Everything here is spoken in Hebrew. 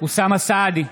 אוסאמה סעדי,